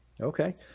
Okay